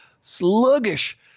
sluggish